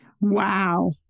Wow